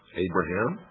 abraham,